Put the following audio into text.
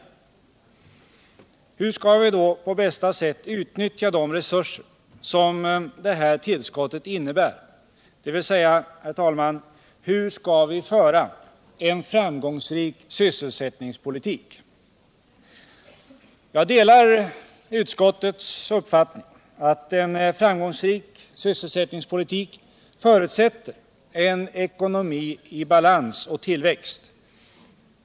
Men hur skall vi då på bästa sätt utnyttja de resurser som det här tillskottet innebär, dvs. hur skall vi föra en framgångsrik sysselsättningspolitik? Jag delar utskottets uppfattning att en framgångsrik sysselsättningspolitik förutsätter en ekonomi i balans och tillväxt.